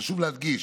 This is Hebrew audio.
חשוב להדגיש